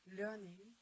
learning